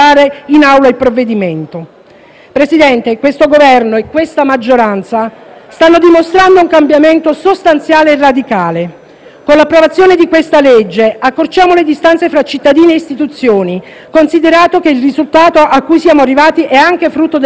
Presidente, questo Governo e questa maggioranza stanno dimostrando un cambiamento sostanziale e radicale. Con l'approvazione di questa legge accorciamo le distanze tra cittadini e istituzioni, considerato che il risultato a cui siamo arrivati è anche frutto dell'ascolto delle istanze del territorio;